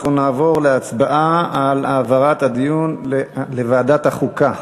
נעבור להצבעה על העברת הדיון לוועדת החוקה.